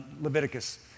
Leviticus